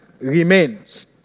remains